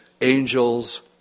angels